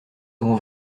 avons